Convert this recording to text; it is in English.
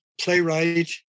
playwright